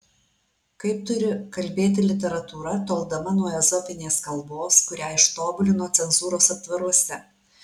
kaip turi kalbėti literatūra toldama nuo ezopinės kalbos kurią ištobulino cenzūros aptvaruose